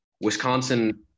Wisconsin